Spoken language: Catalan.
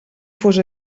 fos